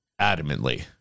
adamantly